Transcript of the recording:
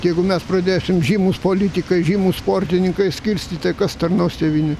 jeigu mes pradėsim žymūs politikai žymūs sportininkai skirstyt tai kas tarnaus tėvynei